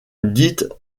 dite